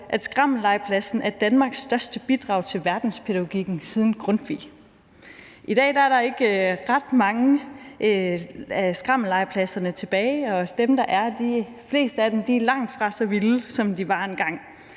at skrammellegepladsen er Danmarks største bidrag til verdenspædagogikken siden Grundtvig. I dag er der ikke ret mange af skrammellegepladserne tilbage, og de fleste af dem, der er, er langtfra så vilde, som de var engang.